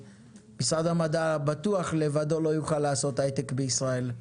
משרד המדע לבדו בטוח לא יוכל לעשות הייטק בישראל,